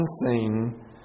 unseen